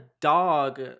dog